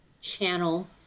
channel